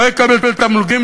לא יקבל תמלוגים,